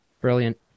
Brilliant